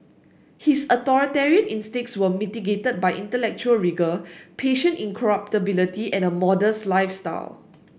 his authoritarian instincts were mitigated by intellectual rigour patient incorruptibility and a modest lifestyle